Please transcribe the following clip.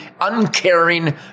uncaring